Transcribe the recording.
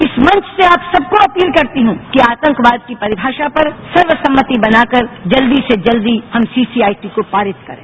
इस मंच से आप सबको अपील करती हूं कि आतंकवाद की परिभाषा पर सर्वसम्मति बनाकर जल्दी से जल्दी हम सीसीआईटी को पारित करें